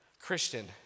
Christian